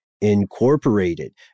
Incorporated